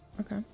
Okay